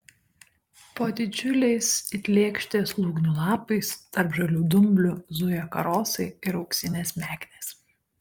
po didžiuliais it lėkštės lūgnių lapais tarp žalių dumblių zuja karosai ir auksinės meknės